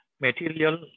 material